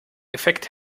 effekt